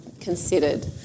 considered